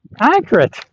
Accurate